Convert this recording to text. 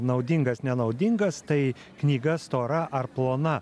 naudingas nenaudingas tai knyga stora ar plona